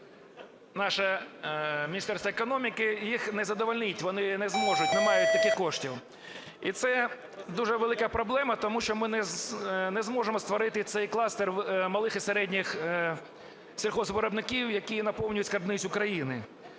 наше Міністерство економіки, їх не задовольнить. Вони не зможуть, не мають таких коштів. І це дуже велика проблема. Тому що ми не зможемо створити цей кластер малих і середніх сільгоспвиробників, які наповнюють скарбницю країни.